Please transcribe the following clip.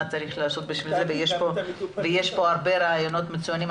ויש כאן הרבה רעיונות מצוינים,